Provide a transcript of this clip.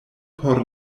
por